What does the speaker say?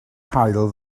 haul